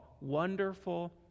Wonderful